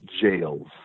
jails